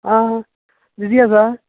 आं बिजी आसा